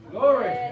Glory